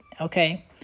Okay